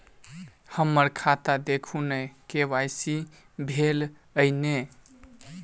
हम्मर खाता देखू नै के.वाई.सी भेल अई नै?